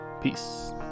peace